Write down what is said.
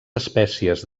espècies